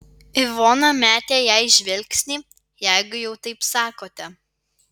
ivona metė jai žvilgsnį jeigu jau taip sakote